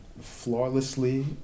flawlessly